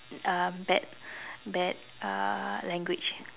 uh bad bad uh language